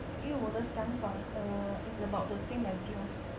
因为因为我的想法 err it's about the same as yours